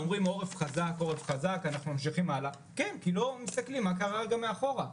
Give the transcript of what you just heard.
אומרים שהעורף חזק ואנחנו ממשיכים הלאה אבל לא מסתכלים מה קרה מאחור.